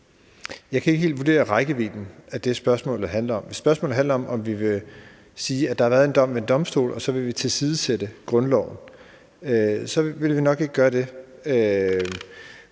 Jeg kan ikke helt vurdere rækkevidden af det, spørgsmålet handler om. Hvis spørgsmålet handler om, at der har været en dom ved en domstol, og om vi så vil tilsidesætte grundloven, så vil vi sige, at